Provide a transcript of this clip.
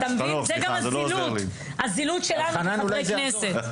זאת גם הזילות שלנו כחברי כנסת.